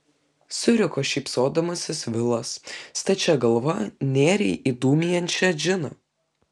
suriko šypsodamasis vilas stačia galva nėrei į dūmijančią džiną